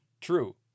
True